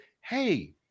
hey